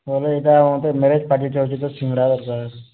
ନହଲେ ଏଇଟା ମତେ ମ୍ୟାରେଜ୍ ପାର୍ଟିଟେ ଅଛି ତ ସିଙ୍ଗଡ଼ା ଦରକାର